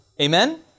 Amen